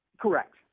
Correct